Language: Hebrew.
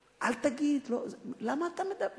אל תגיד, למה אתה מדבר?